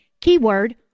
Keyword